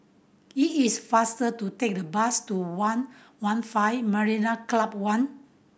it is faster to take the bus to One One Five Marina Club One